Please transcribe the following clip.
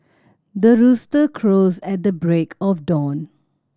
the rooster crows at the break of dawn